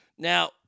Now